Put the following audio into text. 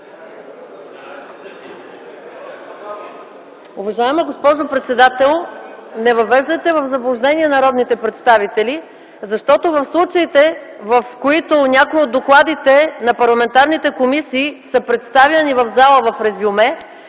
Уважаема госпожо председател, не въвеждайте в заблуждение народните представители, защото в случаите, в които някои от докладите на парламентарните комисии са представени в зала в резюме,